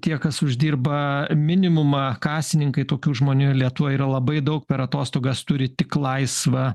tie kas uždirba minimumą kasininkai tokių žmonių lietuvoje yra labai daug per atostogas turi tik laisvą